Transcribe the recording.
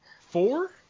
Four